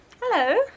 Hello